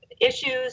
issues